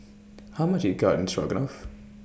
How much IS Garden Stroganoff